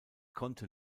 konnte